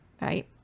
right